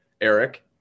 Eric